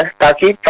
rockies,